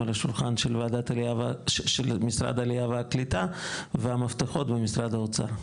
על השולחן של משרד עלייה והקליטה והמפתחות במשרד האוצר,